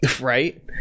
right